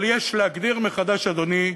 אבל יש להגדיר מחדש, אדוני,